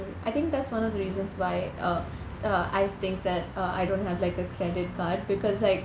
I think that's one of the reasons why uh uh I think that uh I don't have like a credit card because like